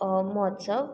महोत्सव